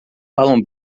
falam